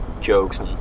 jokes